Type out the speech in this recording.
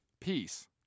peace